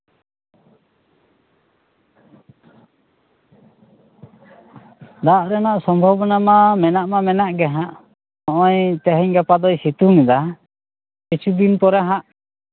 ᱫᱟᱜ ᱨᱮᱱᱟᱜ ᱥᱚᱢᱵᱷᱚᱵᱚᱱᱟ ᱢᱟ ᱢᱮᱱᱟᱜ ᱢᱟ ᱢᱮᱱᱟᱜ ᱜᱮ ᱱᱚᱜᱼᱚᱭ ᱛᱮᱦᱮᱧ ᱜᱟᱯᱟ ᱫᱚᱭ ᱥᱤᱛᱩᱝᱮᱫᱟ ᱠᱤᱪᱷᱩᱫᱤᱱ ᱯᱚᱨᱮ ᱦᱟᱸᱜ